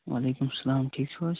وعلیکُم السلام ٹھیٖک چھُو حظ